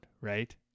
right